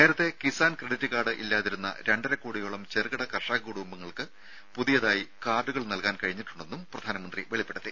നേരത്തെ Kisan credit card ഇല്ലാതിരുന്ന രണ്ടര കോടിയോളം ചെറുകിട കർഷക കുടുംബങ്ങൾക്ക് പുതിയതായി കാർഡുകൾ നൽകാൻ കഴിഞ്ഞിട്ടുണ്ടെന്നും പ്രധാനമന്ത്രി വെളിപ്പെടുത്തി